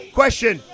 question